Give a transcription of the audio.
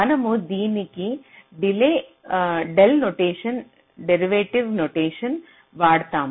మనము దీనికి del notation derivative notation వాడతాము